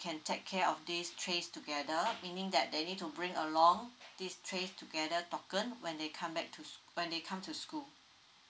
can take care of this trays together meaning that they need to bring along this trays together token when they come back to when they come to school